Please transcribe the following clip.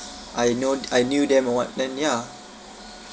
I know I knew them or what then ya